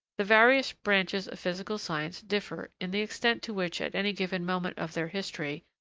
the various branches of physical science differ in the extent to which at any given moment of their history,